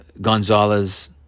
Gonzalez